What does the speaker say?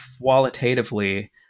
qualitatively